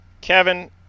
Kevin